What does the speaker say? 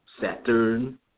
Saturn